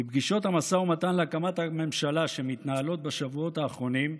בפגישות המשא ומתן להקמת הממשלה שמתנהלות בשבועות האחרונים,